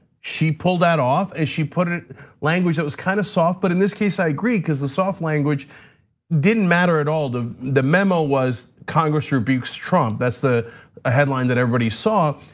she pulled that off and she put it language that was kind of soft. but in this case, i agree because the soft language didn't matter at all. the the memo was congress will be strong. that's the ah headline that everybody saw.